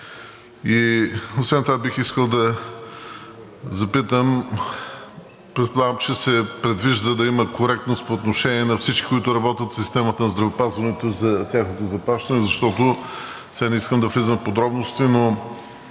Освен това бих искал да запитам, предполагам, че се предвижда да има коректност по отношение на всички, които работят в системата на здравеопазването, за тяхното заплащане, защото, сега не искам да влизам в подробности, но